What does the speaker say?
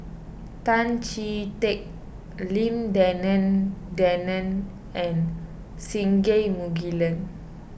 Tan Chee Teck Lim Denan Denon and Singai Mukilan